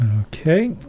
Okay